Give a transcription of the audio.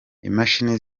imashini